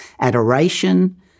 adoration